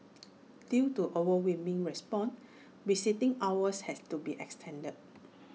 due to overwhelming response visiting hours had to be extended